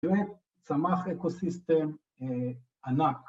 ‫זה באמת צמח אקוסיסטם ענק.